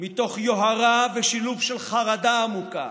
מתוך יוהרה ושילוב של חרדה עמוקה